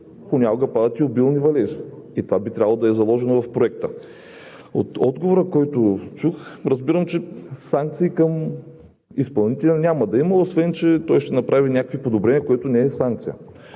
понякога падат и обилни валежи и това би трябвало да е заложено в проекта. От отговора, който чух, разбирам, че санкции към изпълнителя няма да има, освен че той ще направи някакви подобрения, което не е санкция.